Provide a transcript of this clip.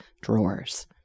drawers